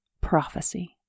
prophecy